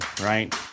right